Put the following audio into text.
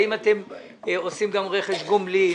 האם אתם עושים גם רכש גומלין?